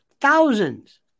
Thousands